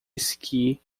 esqui